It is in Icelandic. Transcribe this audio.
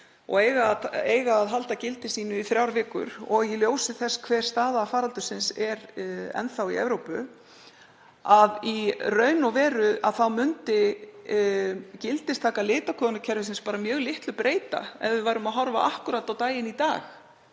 og eiga að halda gildi sínu í þrjár vikur, í ljósi þess hver staða faraldursins er enn þá í Evrópu að í raun og veru myndi gildistaka litakóðunarkerfisins mjög litlu breyta ef við værum að horfa akkúrat á daginn í dag.